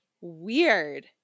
weird